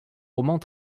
romans